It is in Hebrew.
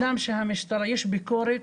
יש ביקורת,